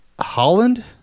holland